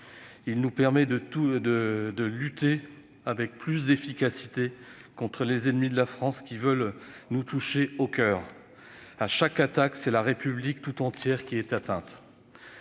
Il nous permet de lutter avec plus d'efficacité contre les ennemis de la France, qui veulent nous toucher au coeur. À chaque attaque, c'est la République française tout entière qui est atteinte.